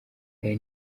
aya